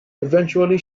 eventually